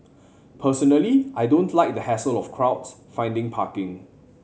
personally I don't like the hassle of crowds finding parking